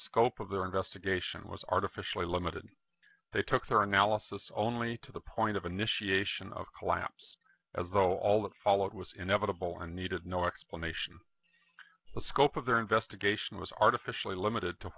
scope of their investigation was artificially limited they took their analysis only to the point of initiation of collapse as though all that followed was inevitable and needed no explanation the scope of their investigation was artificially limited to